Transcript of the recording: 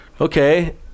Okay